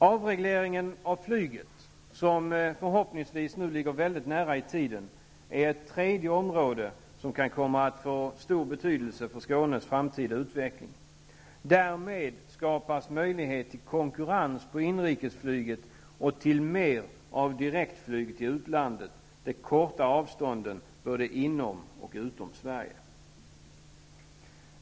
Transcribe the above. Avregleringen av flyget, som förhoppningsvis nu ligger väldigt nära i tiden, är ett tredje område som kan komma att få stor betydelse för Skånes framtida utveckling. Därmed skapas möjlighet till konkurrens på inrikesflyget och till mer av direktflyg på utlandet. Det kortar avstånden både inom och utom Sverige.